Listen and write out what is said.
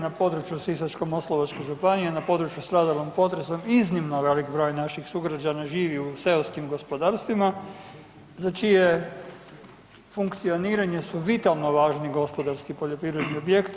Na području Sisačko-moslavačke županije na području stradalom potresom iznimno velik broj naših sugrađana živi u seoskim gospodarstvima za čije funkcioniranje su vitalno važni gospodarski poljoprivredni objekti.